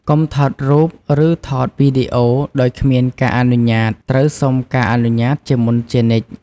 កុំថតរូប ឬថតវីដេអូដោយគ្មានការអនុញ្ញាតត្រូវសុំការអនុញ្ញាតជាមុនជានិច្ច។